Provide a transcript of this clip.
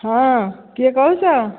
ହଁ କିଏ କହୁଛ